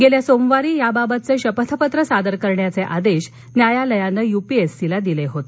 गेल्या सोमवारी याबाबत शपथपत्र सादर करण्याचे आदेश न्यायालयानं यूपीएससीला दिले होते